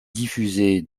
diffusée